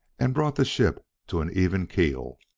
and brought the ship to an even keel.